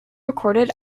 recorded